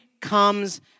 comes